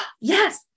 yes